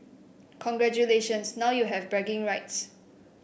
congratulations now you have bragging rights